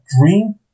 dream